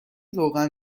روغن